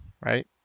Right